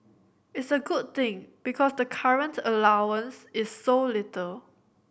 it's a good thing because the current allowance is so little